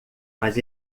mas